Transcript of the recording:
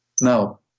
Now